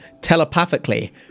telepathically